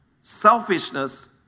selfishness